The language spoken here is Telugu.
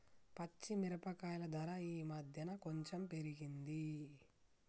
పచ్చి మిరపకాయల ధర ఈ మధ్యన కొంచెం పెరిగింది